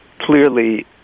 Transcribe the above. clearly